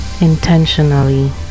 intentionally